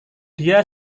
dia